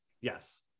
Yes